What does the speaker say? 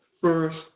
first